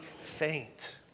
faint